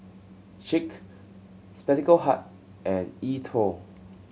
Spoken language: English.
Schick Spectacle Hut and E Twow